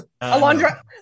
Alondra